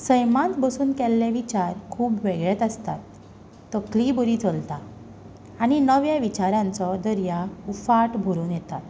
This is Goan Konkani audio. सैमांत बसुन केल्ले विचार खूब वेगळेच आसता तकलीय बरी चलता आनी नव्या विचारांचो दर्या उफाट भरून येता